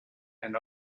and